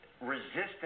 resistance